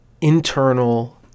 internal